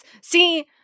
See